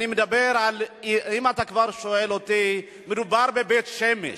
אם אתה כבר שואל אותי, מדובר בבית-שמש.